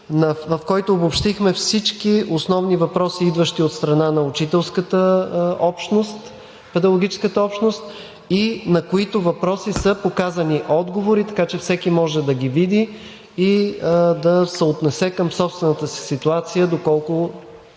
в който обобщихме всички основни въпроси, идващи от страна на учителската общност, педагогическата общност, и на които въпроси са показани отговори, така че всеки може да ги види и да съотнесе към собствената си ситуация доколко